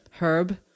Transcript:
Herb